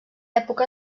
època